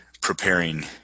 preparing